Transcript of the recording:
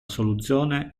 soluzione